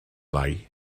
lai